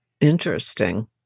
Interesting